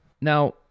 Now